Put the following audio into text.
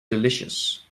delicious